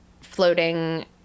floating